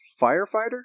firefighter